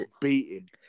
beating